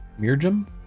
Mirjam